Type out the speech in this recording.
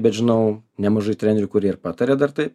bet žinau nemažai trenerių kurie ir pataria dar tai